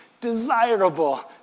desirable